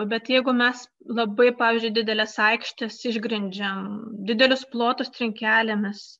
bet jeigu mes labai pavyzdžiui dideles aikštes išgrindžiam didelius plotus trinkelėmis